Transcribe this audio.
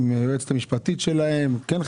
עם היועצת המשפטית שלהם - כן חייבים,